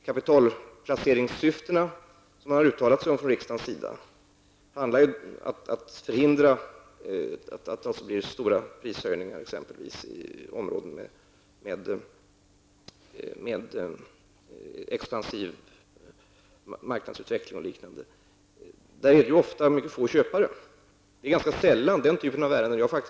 Riksdagen har uttalat sig om jordförvärv i kapitalplaceringssyfte. Det handlar om att exempelvis förhindra att det blir stora prishöjningar i områden med expansiv marknadsutveckling och liknande. Det finns ju ofta mycket få köpare, och det är ganska sällan som den typen av ärenden kommer upp.